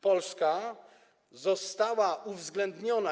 Polska została uwzględniona.